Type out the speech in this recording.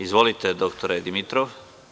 Izvolite, dr Dimitrov.